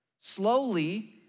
Slowly